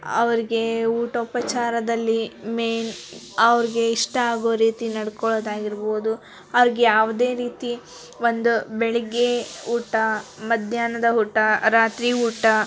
ಅವ್ರಿಗೆ ಊಟೋಪಚಾರದಲ್ಲಿ ಮೇಯ್ನ್ ಅವ್ರಿಗೆ ಇಷ್ಟ ಆಗೋ ರೀತಿ ನಡ್ಕೊಳ್ಳೋದಾಗಿರ್ಬೋದು ಅವ್ರಿಗೆ ಯಾವುದೇ ರೀತಿ ಒಂದು ಬೆಳಗ್ಗೆ ಊಟ ಮಧ್ಯಾಹ್ನದ ಊಟ ರಾತ್ರಿ ಊಟ